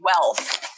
wealth